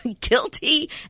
Guilty